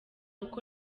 uko